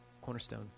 Cornerstone